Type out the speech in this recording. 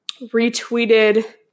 retweeted